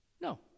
No